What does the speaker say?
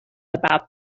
about